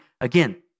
again